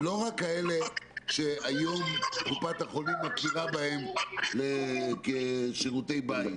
ולא רק כאלה שהיום קופת החולים מכירה בהם כשירותי בית,